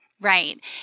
Right